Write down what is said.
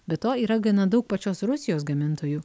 be to yra gana daug pačios rusijos gamintojų